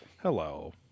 Hello